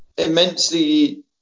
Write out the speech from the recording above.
Immensely